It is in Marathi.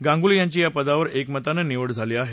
गांगुली यांची या पदावर एकमतानं निवड झाली आहे